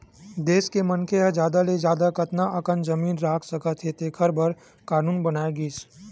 देस के मनखे ह जादा ले जादा कतना अकन जमीन राख सकत हे तेखर बर कान्हून बनाए गिस